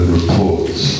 reports